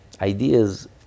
ideas